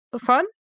fun